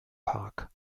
park